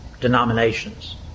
denominations